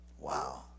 Wow